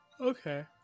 Okay